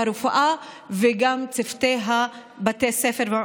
הצבא "המוסרי בעולם",